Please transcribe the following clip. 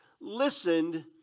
listened